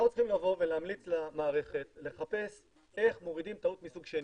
אנחנו צריכים להמליץ למערכת לחפש איך מורידים טעות מסוג שני.